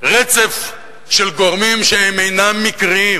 רצף של גורמים שאינם מקריים,